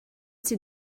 sie